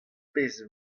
pezh